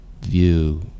view